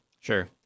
Sure